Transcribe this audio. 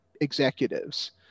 executives